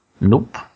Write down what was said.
Nope